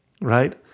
Right